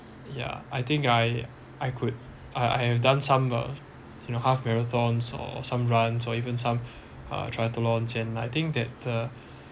ya I think I I could I I have done some uh you know half marathons or some runs or even some uh triathlons and I think that the